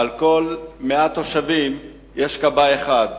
על כל 100 תושבים יש כבאי אחד,